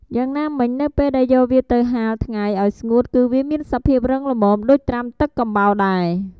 យ៉ាងណាមិញ នៅពេលដែលយកវាទៅហាលថ្ងៃឱ្យស្ងួតគឺវាមានសភាពរឹងល្មមដូចត្រាំទឹកកំបោរដែរ។